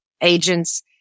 agents